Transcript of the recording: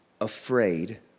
afraid